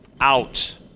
out